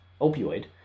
opioid